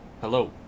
Hello